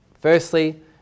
Firstly